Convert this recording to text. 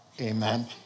Amen